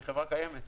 היא חברה קיימת.